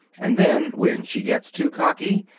and then, when she gets too cocky,